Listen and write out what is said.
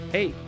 Hey